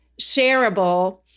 shareable